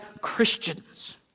Christians